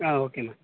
okay ma'am